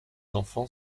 enfant